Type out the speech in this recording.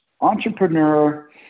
entrepreneur